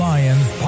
Lions